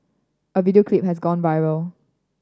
a video clip has gone viral